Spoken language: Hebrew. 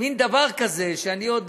מין דבר שאני עוד